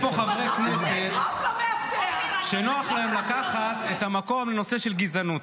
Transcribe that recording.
יש פה חברי כנסת שנוח להם לקחת את המקום לנושא של גזענות,